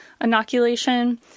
inoculation